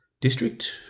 district